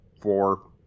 four